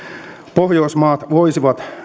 pohjoismaat voisivat